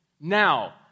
now